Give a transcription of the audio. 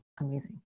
Amazing